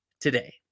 today